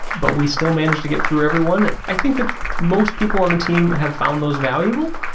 but we still managed to get through every one. i think that most people on the team have found those valuable.